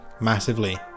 massively